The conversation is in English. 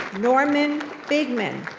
norman bigman,